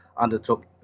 undertook